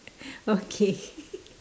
okay